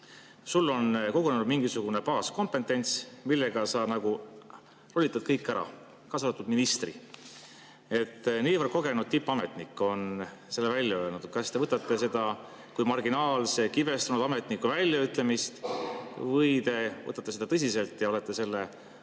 Sul on kogunenud mingi baaskompetents, millega sa nagu lollitad kõik [küsijad] ära, kaasa arvatud ministri." Niivõrd kogenud tippametnik on selle välja öelnud. Kas te võtate seda kui marginaalse kibestunud ametniku väljaütlemist või te võtate seda tõsiselt ja olete selle